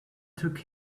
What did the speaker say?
took